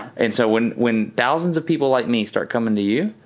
and so when when thousands of people like me start coming to you,